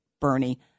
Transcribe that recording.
Bernie